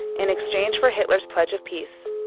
in exchange for hitler's pledge of peace,